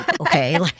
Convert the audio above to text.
okay